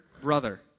brother